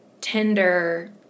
tender